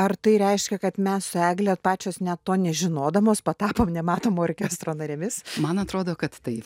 ar tai reiškia kad mes su egle pačios net to nežinodamos patapom nematomo orkestro narėmis man atrodo kad taip